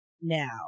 now